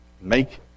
make